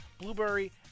Blueberry